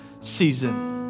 season